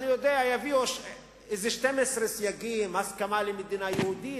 ויביא איזה 12 סייגים כמו הסכמה למדינה יהודית.